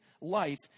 life